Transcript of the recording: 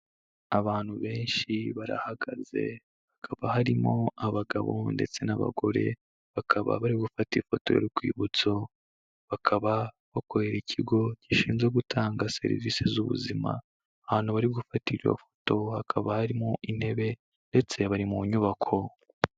Abantu benshi barahagaze, hakaba harimo abagabo ndetse n'abagore. Bakaba bari gufata ifoto y'urwibutso. Bakaba bakorera Ikigo gishinzwe gutanga serivisi z'ubuzima. Ahantu bari gufatira iyo foto hakaba harimo intebe ndetse bari mu nyubako.